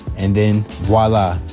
and then voila,